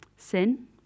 Sin